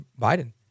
Biden